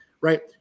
Right